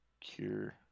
Cure